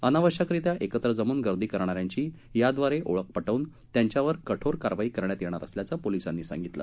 अनावश्यकरित्या एकत्र जमून गर्दी करणाऱ्यांची याद्वारे ओळख पटवून त्यांच्यावर कठोर कारवाई करण्यात येणार असल्याचे पोलिसांनी सांगितले